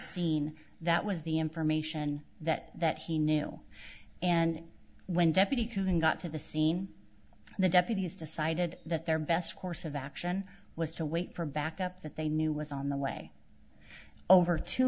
scene that was the information that that he knew and when deputy come in got to the scene and the deputies decided that their best course of action was to wait for backup that they knew was on the way over two